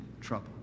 trouble